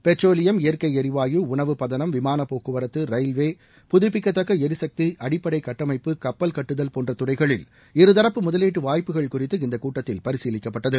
petroleum இயற்கை எரிவாயு உணவு பதனம் விமானப் போக்குவரத்து ரயில்வே புதப்பிக்கத்தக்க எரிசக்தி அடிப்படை கட்டமைப்பு கப்பல்கட்டுதல் போன்ற துறைகளில் இருதரப்பு முதலீட்டு வாய்ப்புகள் பற்றி இந்தக்கூட்டத்தில் பரிசீலிக்கப்பட்டது